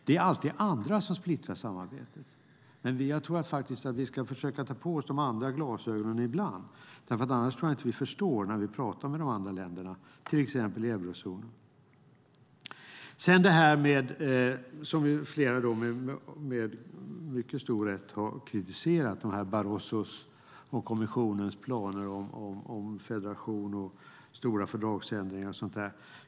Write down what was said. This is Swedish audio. Det är alltid andra som splittrar samarbetet, men jag tror att vi ska försöka ta på oss andra glasögon ibland, för annars tror jag inte att vi förstår hur vi kan uppfattas när vi pratar med de andra länderna till exempel i eurozonen. Flera har med mycket stor rätt kritiserat Barrosos och kommissionens planer på federation och stora fördragsändringar.